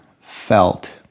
felt